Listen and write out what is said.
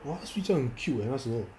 !wah! 他睡觉很 cute leh 那时候